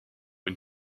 une